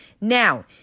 Now